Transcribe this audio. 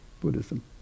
Buddhism